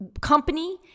company